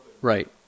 Right